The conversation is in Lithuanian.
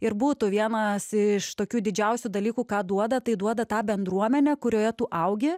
ir būtų vienas iš tokių didžiausių dalykų ką duoda tai duoda tą bendruomenę kurioje tu augi